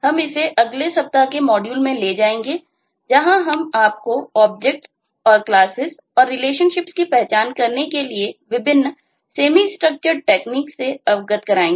हम इसे अगले सप्ताह के मॉड्यूल में ले जाएंगे